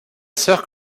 sœur